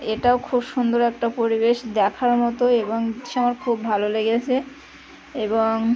এটাও খুব সুন্দর একটা পরিবেশ দেখার মতো এবং এসে আমার খুব ভালো লেগেছে এবং